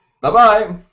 Bye-bye